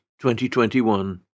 2021